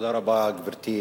תודה רבה, גברתי.